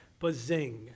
Bazing